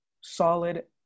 solid